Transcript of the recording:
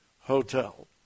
Hotel